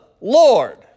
Lord